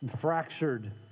Fractured